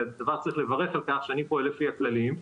זה דבר שצריך לברך על כך שאני פועל לפי הכללים,